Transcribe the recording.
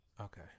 Okay